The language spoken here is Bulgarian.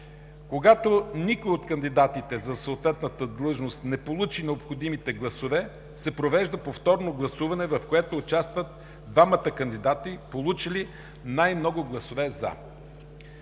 Когато никой от кандидатите за съответната длъжност не получи необходимите гласове, се провежда повторно гласуване, в което участват двамата кандидати, получили най-много гласове „за“.